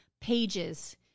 pages